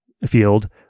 field